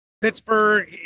Pittsburgh